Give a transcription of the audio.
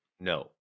No